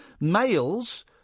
Males